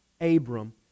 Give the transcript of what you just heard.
Abram